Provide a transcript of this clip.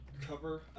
cover